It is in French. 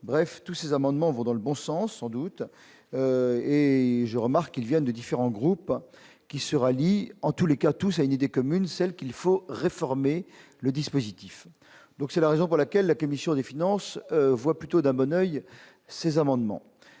bref tous ces amendements vont dans le bon sens sans doute. Et. Je remarque qu'ils viennent de différents groupes qui se rallient, en tous les cas, tout ça, une idée commune, celle qu'il faut réformer le dispositif, donc c'est la raison pour laquelle la commission des Finances voit plutôt d'un bon oeil ces amendements,